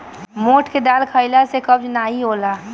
मोठ के दाल खईला से कब्ज नाइ होला